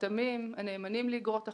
החתמים הנאמנים לאגרות החוב,